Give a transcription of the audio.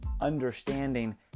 understanding